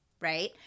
right